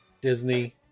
disney